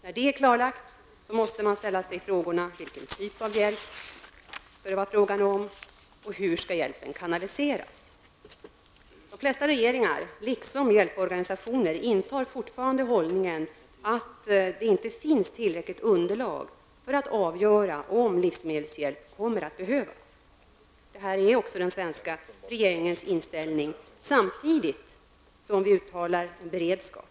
När det är klarlagt, måste man ställa sig frågorna: Vilken typ av hjälp skall det röra sig om, och hur skall hjälpen kanaliseras? De flesta regeringar liksom hjälporganisationer intar fortfarande hållningen att det inte finns tillräckligt underlag för att avgöra om livsmedelshjälp kommer att behövas. Detta är också den svenska regeringens inställning samtidigt som vi uttalar en beredskap.